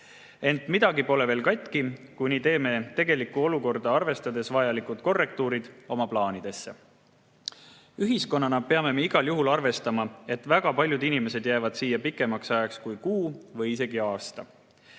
Ent midagi pole veel katki, kui teeme tegelikku olukorda arvestades oma plaanidesse vajalikud korrektuurid. Ühiskonnana peame me igal juhul arvestama, et väga paljud inimesed jäävad siia pikemaks ajaks kui kuu või isegi aasta.